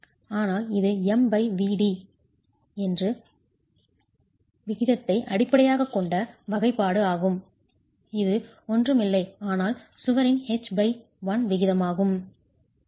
ஆனால் இது MVd விகிதத்தை அடிப்படையாகக் கொண்ட வகைப்பாடு ஆகும் இது ஒன்றும் இல்லை ஆனால் சுவரின் hl விகிதமாகும்